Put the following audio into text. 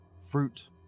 fruit